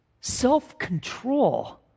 self-control